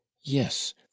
Yes